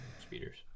speeders